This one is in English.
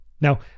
Now